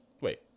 wait